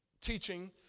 teaching